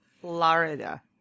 Florida